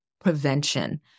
prevention